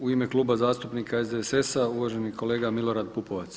U ime Kluba zastupnika SDSS-a uvaženi kolega Milorad Pupovac.